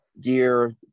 gear